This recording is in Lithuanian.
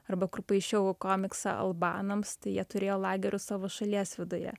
arba kur paišiau komiksą albanams tai jie turėjo lagerius savo šalies viduje